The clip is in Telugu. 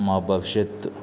మా భవిష్యత్